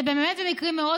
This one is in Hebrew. זה באמת במקרים מאוד